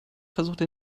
versuchte